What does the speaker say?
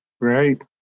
right